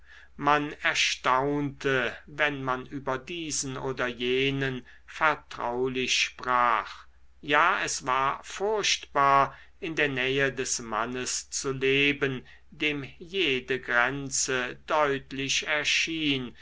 man erstaunte wenn man über diesen oder jenen vertraulich sprach ja es war furchtbar in der nähe des mannes zu leben dem jede grenze deutlich erschien